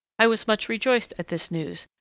i was much rejoiced at this news,